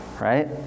Right